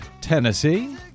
Tennessee